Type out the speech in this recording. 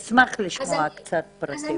אשמח לשמוע קצת פרטים.